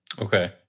Okay